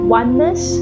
oneness